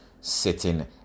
sitting